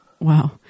Wow